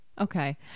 Okay